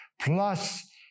Plus